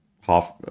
half